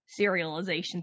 serialization